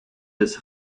des